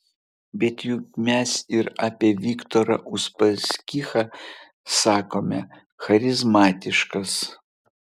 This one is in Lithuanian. bet juk mes ir apie viktorą uspaskichą sakome charizmatiškas